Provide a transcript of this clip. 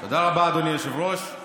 תודה רבה, אדוני היושב-ראש.